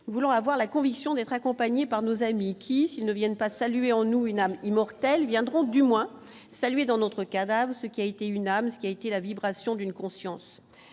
Bossuet voulant avoir la conviction d'être accompagné par nos amis qui s'ils ne viennent pas saluer en nous une âme immortelle viendront du moins salué dans notre cadavre ce qui a été une âme, ce qui a été la vibration d'une conscience